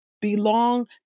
belong